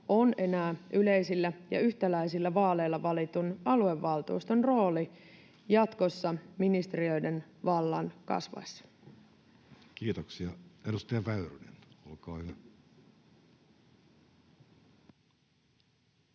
on enää yleisillä ja yhtäläisillä vaaleilla valitun aluevaltuuston rooli jatkossa ministeriöiden vallan kasvaessa. [Speech 56] Speaker: Jussi Halla-aho